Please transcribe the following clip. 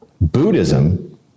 Buddhism